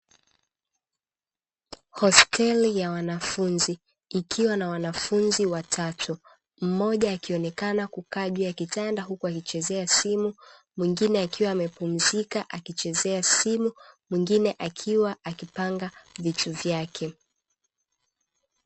Hosteli ya wanafunzi ikiwa na wanafunzi watatu mmoja akionekana kukaa juu ya kitanda huku akichezea simu, mwingine akiwa amepumzika akichezea simu, mwingine akiwa akipanga vitu vyake.